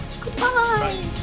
Goodbye